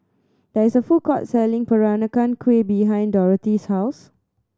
there is a food court selling Peranakan Kueh behind Dorthy's house